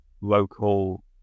local